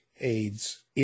AIDS